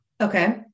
Okay